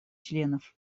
членов